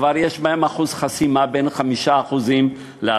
כבר יש בהן אחוז חסימה בין 5% ל-10%.